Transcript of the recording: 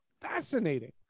fascinating